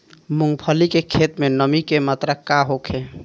मूँगफली के खेत में नमी के मात्रा का होखे?